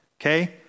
okay